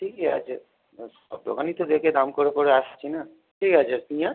ঠিকই আচে সব দোকানই দেখে দাম করে করে আসছি না ঠিক আছে পিঁয়াজ